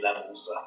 levels